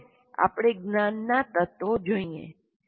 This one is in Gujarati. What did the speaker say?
હવે આપણે જ્ઞાનનાં તત્વો જોઈએ છીએ